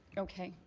ok.